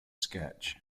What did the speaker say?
sketch